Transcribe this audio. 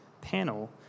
panel